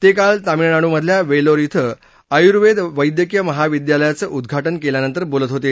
ते काल तामिळनाडूमधल्या वेलोर डें आयुर्वेद वैद्यकीय महाविद्यालयाचं उद्घाटन केल्यानंतर बोलत होते